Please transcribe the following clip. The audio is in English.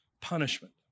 punishment